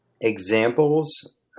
examples